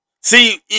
see